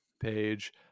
page